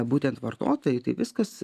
būtent vartotojui tai viskas